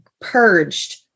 purged